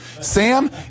Sam